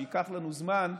שייקח לנו זמן,